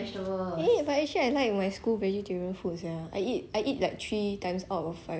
but !hey! but I actually like my school's vegetarian food ya I eat I eat like three times out of five